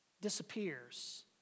disappears